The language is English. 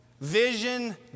vision